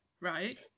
right